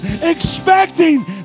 expecting